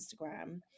Instagram